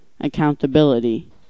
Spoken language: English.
accountability